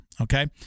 Okay